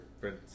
Prince